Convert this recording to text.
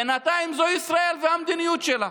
בינתיים זה ישראל והמדיניות שלה.